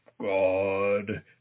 God